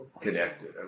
connected